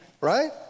right